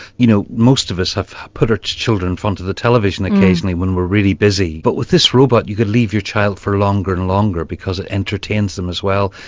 you know most of us have put our children in front of the television occasionally when we're really busy but with this robot you could leave your child for longer and longer because it entertains them as well.